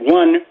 one